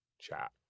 chat